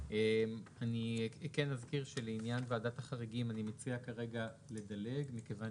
אני כן אזכיר שלעניין ועדת החריגים אני מציע כרגע לדלג מכיוון